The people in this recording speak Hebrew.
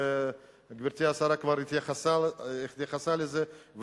וגברתי השרה כבר התייחסה לזה,